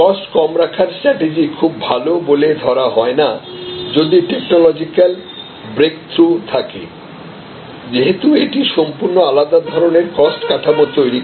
cost কম রাখার strategy খুব ভাল বলে ধরা হয় না যদি টেকনোলজিক্যাল ব্রেকথ্রু থাকে যেহেতু এটি সম্পূর্ণ আলাদা ধরনের কস্ট কাঠামো তৈরি করে